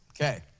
Okay